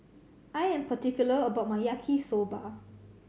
I am particular about my Yaki Soba